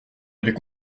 avait